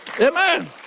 amen